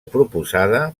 proposada